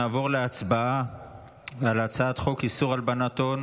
נעבור להצבעה על הצעת חוק איסור הלבנת הון